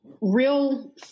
Real